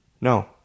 No